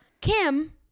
Kim